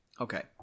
Okay